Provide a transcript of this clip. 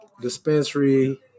Dispensary